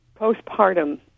postpartum